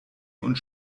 und